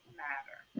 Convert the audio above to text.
matter